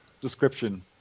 description